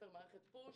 של מערכת פשו,